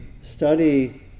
study